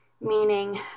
meaning